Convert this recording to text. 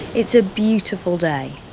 it's a beautiful day,